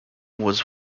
was